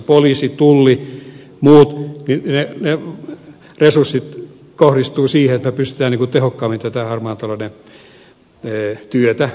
poliisi tulli muut ne resurssit kohdistuvat siihen että pystymme tekemään tehokkaammin tätä harmaan talouden työtä